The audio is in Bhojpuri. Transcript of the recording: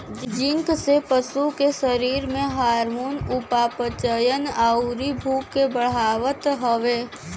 जिंक से पशु के शरीर में हार्मोन, उपापचयन, अउरी भूख के बढ़ावत हवे